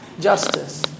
justice